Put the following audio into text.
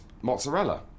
mozzarella